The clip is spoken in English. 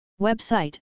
Website